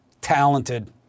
talented